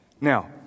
Now